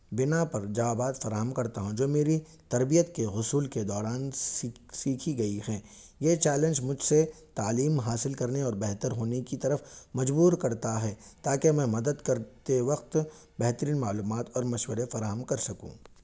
بنا پر جاں باز فراہم کرتا ہوں جو میری تربیت کے اصول کے دوران سیکھی گئی ہیں یہ چیلنج مجھ سے تعلیم حاصل کرنے اور بہتر ہونے کی طرف مجبور کرتا ہے تاکہ میں مدد کرتے وقت بہترین معلومات اور مشورے فراہم کر سکوں